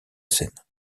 seine